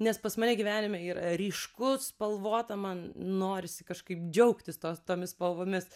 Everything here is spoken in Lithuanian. nes pas mane gyvenime yra ryšku spalvota man norisi kažkaip džiaugtis to tomis spalvomis